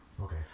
okay